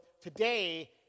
today